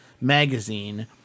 magazine